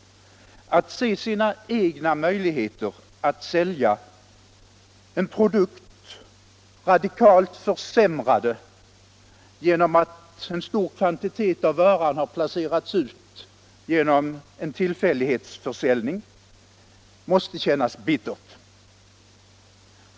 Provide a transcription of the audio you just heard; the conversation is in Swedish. Att se sina egna möjligheter att sälja en produkt radikalt försämrade genom att en stor kvantitet av varan har placerats ut genom en tillfällighetsförsäljning måste kännas bittert.